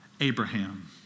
Abraham